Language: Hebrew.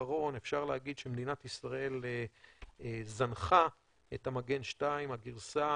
האחרון אפשר להגיד שמדינת ישראל זנחה את המגן 2. הגרסה